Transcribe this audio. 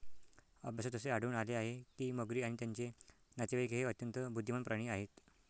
अभ्यासात असे आढळून आले आहे की मगरी आणि त्यांचे नातेवाईक हे अत्यंत बुद्धिमान प्राणी आहेत